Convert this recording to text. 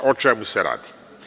O čemu se radi?